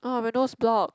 ah my nose block